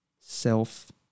self